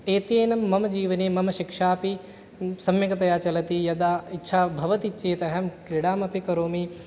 एतेन मम जीवने मम शिक्षा अपि सम्यक्तया चलति यदा इच्छा भवति चेत् अहं क्रीडामपि करोमि